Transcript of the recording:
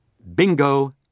Bingo